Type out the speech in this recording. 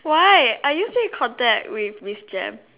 why are you still in contact with Miss Jem